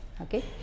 okay